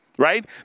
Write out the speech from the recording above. right